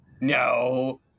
no